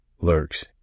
lurks